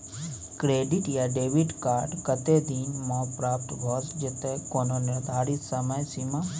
Credit या debit card कत्ते दिन म प्राप्त भ जेतै, कोनो निर्धारित समय सीमा?